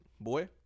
Boy